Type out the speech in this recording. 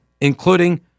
including